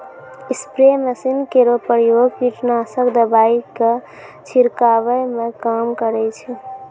spray machine केरो प्रयोग कीटनाशक दवाई क छिड़कावै म काम करै छै